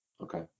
Okay